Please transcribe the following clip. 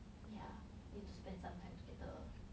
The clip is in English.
yeah need to spend some time together